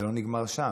זה לא נגמר שם.